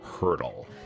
hurdle